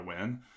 win